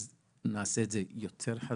אז נעשה את זה יותר חזק.